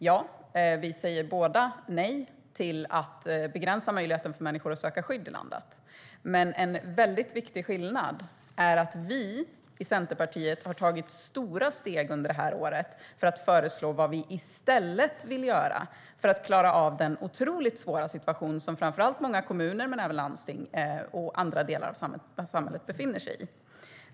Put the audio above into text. Ja, båda partierna säger nej till att begränsa möjligheten för människor att söka skydd i landet, men en väldigt viktig skillnad är att vi i Centerpartiet har tagit stora steg under året för att föreslå vad vi i stället vill göra för att klara av den otroligt svåra situation som framför allt många kommuner men även landsting och andra delar av samhället befinner sig i.